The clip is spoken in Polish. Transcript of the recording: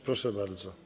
Proszę bardzo.